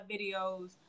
videos